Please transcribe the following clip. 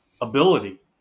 ability